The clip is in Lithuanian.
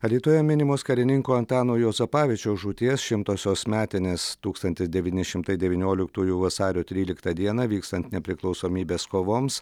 alytuje minimos karininko antano juozapavičiaus žūties šimtosios metinės tūkstantis devyni šimtai devynioliktųjų vasario tryliktą dieną vykstant nepriklausomybės kovoms